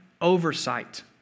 oversight